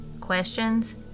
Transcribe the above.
questions